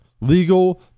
Legal